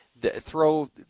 Throw